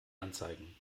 anzeigen